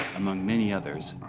among many others,